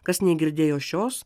kas negirdėjo šios